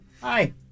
hi